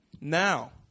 Now